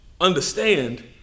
understand